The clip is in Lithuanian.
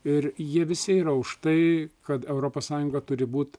ir jie visi yra už tai kad europos sąjunga turi būt